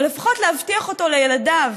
או לפחות להבטיח אותו לילדיו.